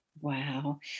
Wow